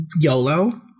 YOLO